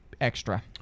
extra